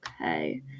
okay